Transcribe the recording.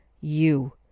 You